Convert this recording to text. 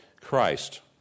Christ